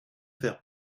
faire